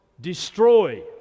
destroy